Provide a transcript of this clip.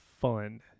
fun